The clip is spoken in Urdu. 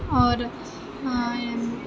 اور